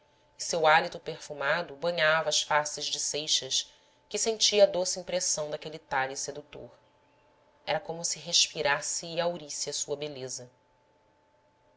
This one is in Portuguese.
seu hálito perfumado banhava as faces de seixas que sentia a doce impressão daquele talhe sedutor era como se respirasse e haurisse a sua beleza